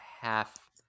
half